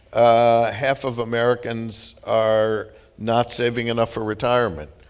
ah half of americans are not saving enough for retirement.